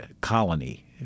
colony